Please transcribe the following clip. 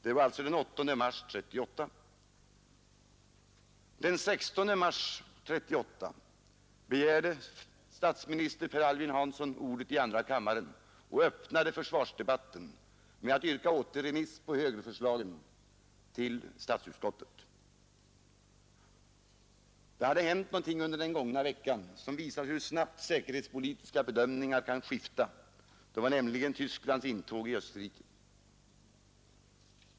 Det var alltså den 8 mars 1938. Den 16 mars 1938 begärde statsministern Per Albin Hansson ordet i andra kammaren och öppnade försvarsdebatten med att yrka återremiss på högerförslagen till statsutskottet. Det hade hänt någonting under den gångna veckan, som visade hur snabbt säkerhetspolitiska bedömningar kan skifta — det var nämligen Tysklands intåg i Österrike.